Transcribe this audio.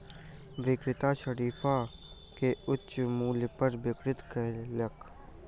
विक्रेता शरीफा के उच्च मूल्य पर बिक्री कयलक